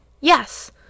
Yes